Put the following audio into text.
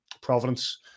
Providence